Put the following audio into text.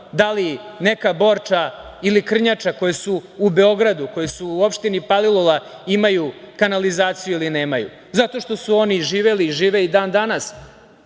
da li neka Borča ili Krnjača, koje su u Beogradu, u opštini Palilula, imaju kanalizaciju ili nemaju, zato što su oni živeli i žive i dan danas